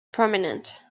prominent